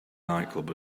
nightclub